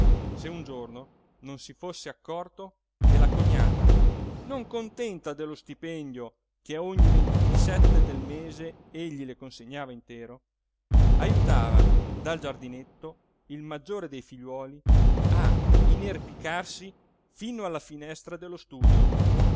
se un giorno non si fosse accorto che la cognata non contenta dello stipendio che a ogni ventisette del mese egli le consegnava intero ajutava dal giardinetto il maggiore dei figliuoli a inerpicarsi fino alla finestra dello studio